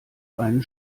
einen